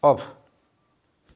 off